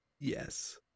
yes